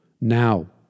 now